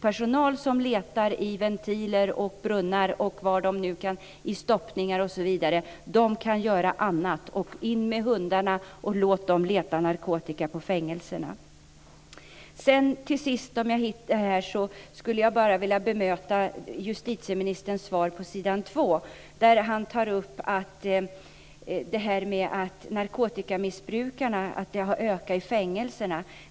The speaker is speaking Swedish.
Personal som letar i ventiler, brunnar, stoppningar och var det nu kan vara kan göra annat. In med hundarna och låt dem leta narkotika på fängelserna! Till sist skulle jag vilja bemöta det justitieministern tar upp på s. 2 i sitt svar, att kriminalvården inte kan påverka att antalet narkotikamissbrukare har ökat i fängelserna.